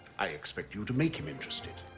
i expect you to make him interested.